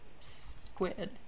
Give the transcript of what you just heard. squid